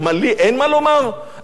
אני לא חבר כנסת נבחר?